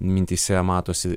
mintyse matosi